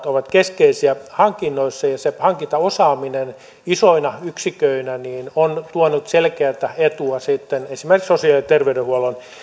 ovat keskeisiä hankinnoissa ja hankintaosaaminen isoina yksiköinä on tuonut selkeätä etua esimerkiksi sosiaali ja terveydenhuollon